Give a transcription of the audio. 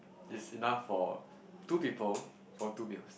is enough for two people for two meals